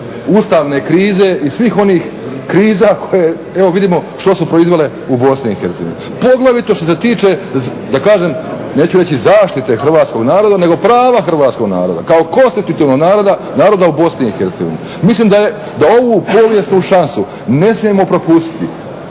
ustavne krize i svih onih kriza koje evo vidimo što su proizvele u Bosni i Hercegovini. Poglavito što se tiče da kažem, neću reći zaštite hrvatskog naroda nego prava hrvatskog naroda kao konstitutivnog naroda u Bosni i Hercegovini. Mislim da ovu povijesnu šansu ne smijemo propustiti.